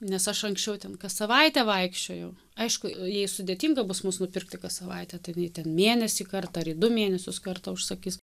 nes aš anksčiau ten kas savaitę vaikščiojau aišku jai sudėtinga bus nupirkti kas savaitę tai jinai ten mėnesį kartą ar į du mėnesius kartą užsakys